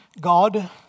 God